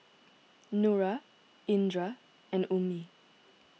Nura Indra and Ummi